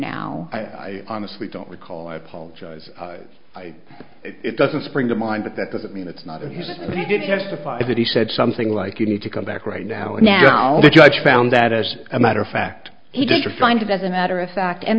now i honestly don't recall i apologize it doesn't spring to mind but that doesn't mean it's not as if he did testify that he said something like you need to come back right now and now the judge found that as a matter of fact he just refined it as a matter of fact and